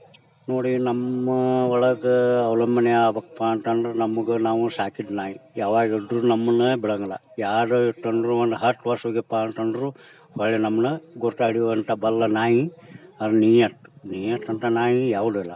ನೋಡಿ ನಮ್ಮ ಒಳಗೆ ಅವಲಂಬನೆ ಯಾವುದಪ್ಪಾ ಅಂತಂದ್ರೆ ನಮ್ಗೆ ನಾವು ಸಾಕಿದ ನಾಯಿ ಯಾವಾಗಿದ್ರೂ ನಮ್ಮನ್ನು ಬಿಡೋಂಗಿಲ್ಲ ಯಾರ ಕಂಡರೂ ಒಂದು ಹತ್ತು ವರ್ಷ ಹೋಗಿಪ್ಪಾ ಅಂತಂದ್ರೂ ಒಳ್ಳೆಯ ನಮ್ಮನ್ನು ಗುರ್ತು ಹಿಡಿಯುವಂಥ ಬಲ್ಲ ನಾಯಿ ಅದು ನೀಯತ್ತು ನೀಯತ್ತು ಅಂತ ನಾಯಿ ಯಾವುದಲ್ಲ